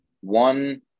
one